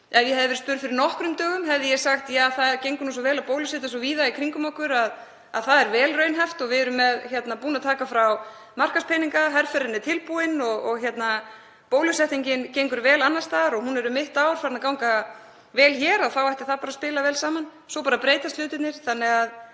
Ef ég hefði verið spurð fyrir nokkrum dögum hefði ég sagt: Ja, það gengur svo vel að bólusetja svo víða í kringum okkur að það er vel raunhæft. Við erum búin að taka frá markaðspeninga, herferðin er tilbúin og bólusetningin gengur vel annars staðar. Ef hún er farin að ganga vel hér um mitt ár ætti það að spila vel saman. Svo bara breytast hlutirnir.